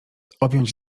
objąć